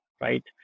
right